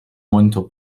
monitor